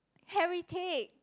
heritage